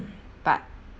but